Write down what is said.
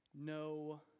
no